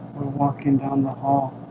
walking down the hall